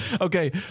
Okay